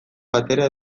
batera